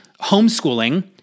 homeschooling